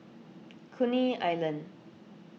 Coney Island